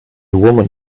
woman